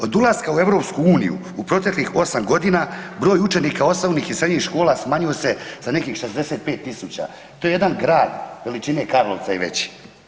Od ulaska u EU u proteklih 8 godina broj učenika osnovnih i srednjih škola smanjio se za nekih 65.000 to je jedan grad veličine Karlovca i veći.